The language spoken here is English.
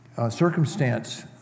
circumstance